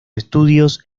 estudios